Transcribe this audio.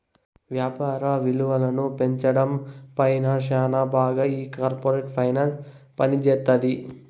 యాపార విలువను పెంచడం పైన శ్యానా బాగా ఈ కార్పోరేట్ ఫైనాన్స్ పనిజేత్తది